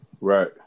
Right